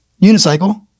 Unicycle